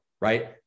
right